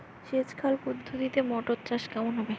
সেচ খাল পদ্ধতিতে মটর চাষ কেমন হবে?